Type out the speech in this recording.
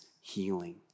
healing